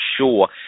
sure